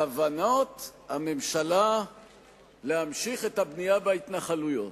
כוונות הממשלה להמשיך את הבנייה בהתנחלויות.